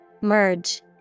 Merge